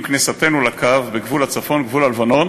עם כניסתנו לקו בגבול הצפון, גבול הלבנון